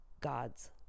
God's